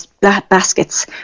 baskets